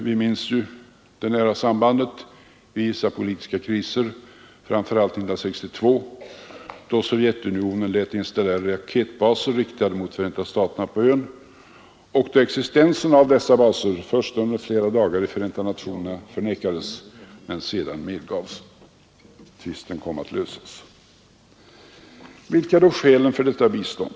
Vi minns ju det nära sambandet i vissa politiska kriser, framför allt 1962 då Sovjetunionen på ön lät installera raketbaser riktade mot Förenta staterna och då existensen av dessa baser först under flera dagar förnekades i FN men sedan medgavs. Tvisten kom att lösas. Vilka är då skälen för detta bistånd?